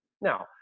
now